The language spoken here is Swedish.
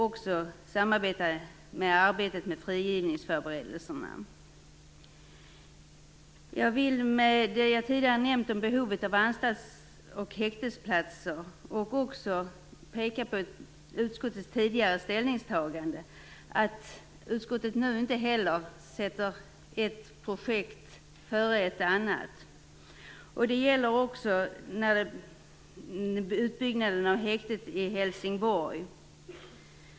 Vidare gäller det arbetet med frigivningsförberedelserna. Jag vill med det jag tidigare har nämnt om behovet av anstalts och häktesplatser, och med utskottets tidigare ställningstagande anföra att utskottet inte heller nu sätter ett projekt före ett annat. Det gäller också utbyggnaden av häktet i Helsingborg.